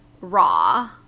Raw